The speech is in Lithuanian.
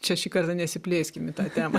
čia šį kartą nesiplėskim į tą temą